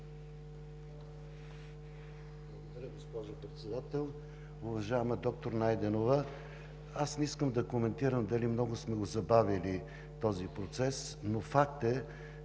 Благодаря, госпожо Председател. Уважаема доктор Найденова! Аз не искам да коментирам дали много сме го забавили този процес. Но факт е,